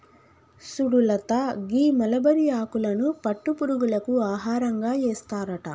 సుడు లత గీ మలబరి ఆకులను పట్టు పురుగులకు ఆహారంగా ఏస్తారట